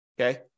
okay